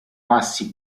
assi